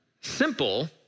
Simple